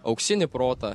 auksinį protą